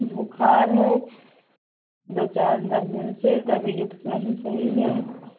बुखार है दो चार दस दिन से तबियत नहीं सही है